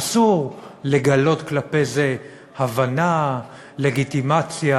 אסור לגלות כלפי זה הבנה, לגיטימציה,